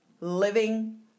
living